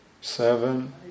Seven